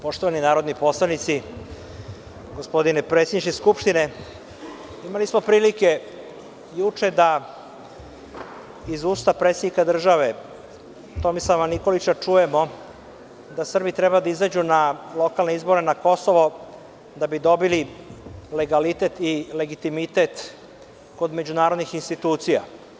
Poštovani narodni poslanici, gospodine predsedniče Skupštine, imali smo prilike juče da iz usta predsednika države Tomislava Nikolića čujemo da Srbi treba da izađu na lokalne izbore na Kosovo, da bi dobili legalitet i legitimitet kod međunarodnih institucija.